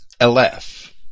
LF